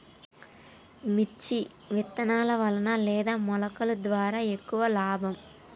మిర్చి విత్తనాల వలన లేదా మొలకల ద్వారా ఎక్కువ లాభం?